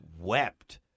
wept